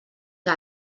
que